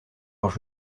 leurs